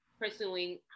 pursuing